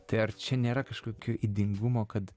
tai ar čia nėra kažkokio ydingumo kad